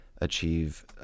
achieve